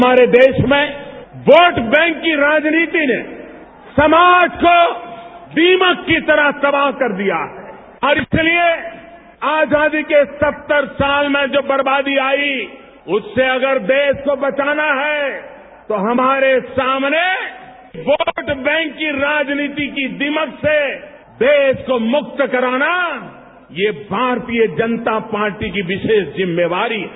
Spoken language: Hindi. हमारे देश में वोट बैंक की राजनीति ने समाज को दीमक की तरह तबाह कर दिया है और इसलिए आजादी के सत्तर साल में जो बर्बादी आई उससे अगर देश को बचाना है तो हमारे सामने वोट बैंक की राजनीति की दीमक से देश को मुक्त कराना ये भारतीय जनता पार्टी की विशेष जिम्मेवारी है